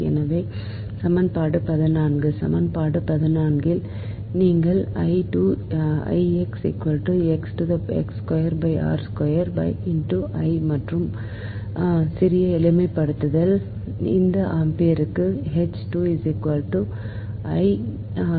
எனவே சமன்பாடு 14 சமன்பாடு 14 இல் நீங்கள் மாற்று மற்றும் சிறிய எளிமைப்படுத்தல் இந்த ஆம்பியர் மீட்டருக்கு திரும்பும்